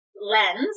lens